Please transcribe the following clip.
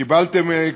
קיבלתם,